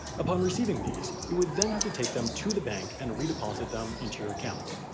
upon receiving these, you would then have to take them to the bank and redeposit them into your account.